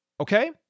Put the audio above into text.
Okay